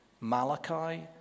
Malachi